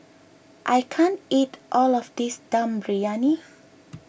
I can't eat all of this Dum Briyani